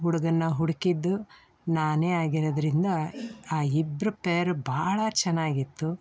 ಹುಡುಗನನ್ನ ಹುಡುಕಿದ್ದು ನಾನೇ ಆಗಿರೋದರಿಂದ ಆ ಇಬ್ರ ಪೇರು ಬಹಳ ಚೆನ್ನಾಗಿತ್ತು